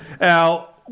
Al